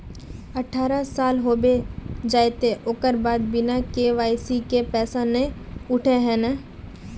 अठारह साल होबे जयते ओकर बाद बिना के.वाई.सी के पैसा न उठे है नय?